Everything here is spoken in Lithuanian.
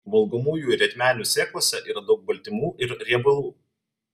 valgomųjų rietmenių sėklose yra daug baltymų ir riebalų